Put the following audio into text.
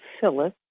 Phyllis